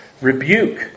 rebuke